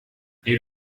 elle